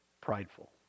prideful